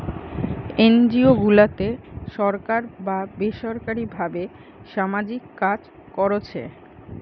NGO গুলাতে সরকার বা বেসরকারী ভাবে সামাজিক কাজ কোরছে